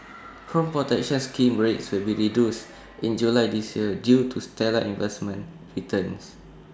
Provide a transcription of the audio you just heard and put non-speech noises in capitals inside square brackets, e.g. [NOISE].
[NOISE] home protection scheme rates will be reduced in July this year due to stellar investment returns